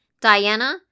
Diana